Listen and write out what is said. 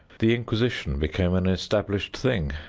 the inquisition became an established thing.